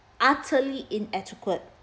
utterly inadequate